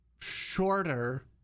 Shorter